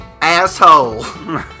Asshole